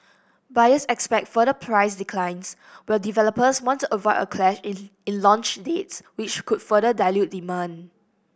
buyers expect further price declines while developers want to avoid a clash in in launch dates which could further dilute demand